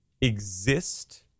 exist